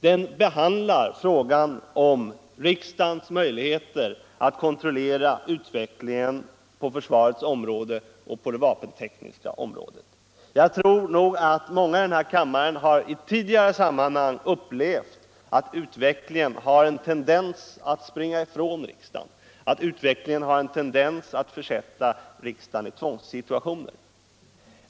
Den behandlar riksdagens möjligheter att kontrollera utvecklingen på försvarsområdet och det vapentekniska området. Många i kammaren har nog i tidigare sammanhang upplevt att utvecklingen har en tendens att springa ifrån riksdagen och försätta den i tvångssituationer.